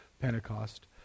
Pentecost